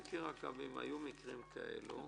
תבדקי אם היו מקרים כאלה.